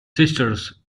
sisters